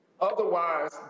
Otherwise